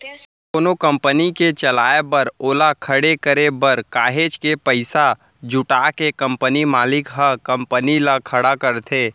कोनो कंपनी के चलाए बर ओला खड़े करे बर काहेच के पइसा जुटा के कंपनी मालिक ह कंपनी ल खड़ा करथे